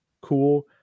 cool